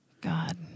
God